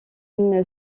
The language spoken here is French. une